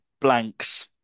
blanks